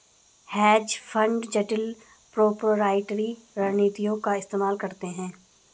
hedge fund जटिल proprietary रणनीतियों का इस्तेमाल करते हैं